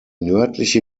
nördliche